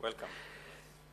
welcome.